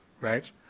right